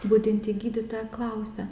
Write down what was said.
budinti gydytoja klausia